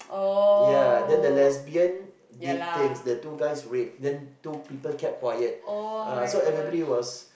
yeah then the lesbian did things the two guys rape then two people kept quiet so everybody was